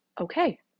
Okay